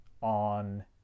on